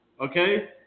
okay